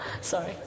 Sorry